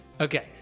Okay